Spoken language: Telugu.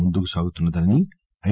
ముందుకు సాగుతుందని ఐ